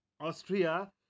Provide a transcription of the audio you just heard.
Austria